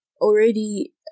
already